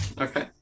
okay